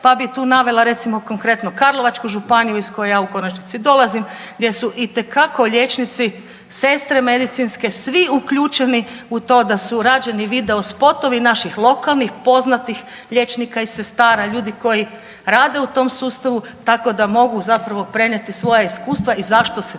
pa bih tu navela recimo konkretno Karlovačku županiju iz koje ja u konačnici dolazim, gdje su itekako liječnici, sestre medicinske svi uključeni u to da su rađeni video spotovi naših lokalnih, poznatih liječnika i sestara, ljudi koji rade u tom sustavu, tako da mogu zapravo prenijeti svoja iskustva i zašto se